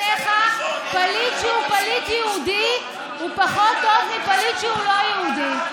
בעיניך פליט יהודי הוא פחות טוב מפליט שהוא לא יהודי.